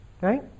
right